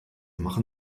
machen